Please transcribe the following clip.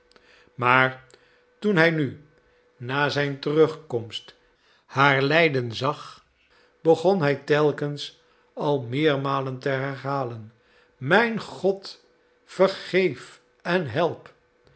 maar toen hij nu na zijn terugkomst haar lijden zag begon hij telkens al meermalen te herhalen mijn god vergeef en help